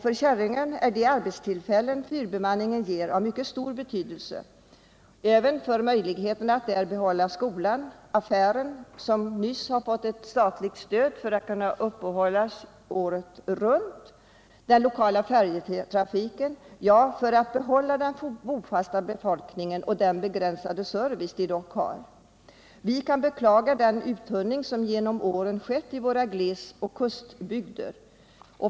För Käringön är de arbetstillfällen fyrbemanningen ger av mycket stor betydelse, även för möjligheterna att där behålla skolan, affären — som nyss fått statligt stöd för att hålla i gång verksamheten året runt — och den lokala färjetrafiken, ja, för att behålla den bofasta befolkningen och den begränsade service den dock har. Vi kan beklaga den uttunning som genom åren skett i våra glesoch kustbygder.